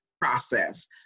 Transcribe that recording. process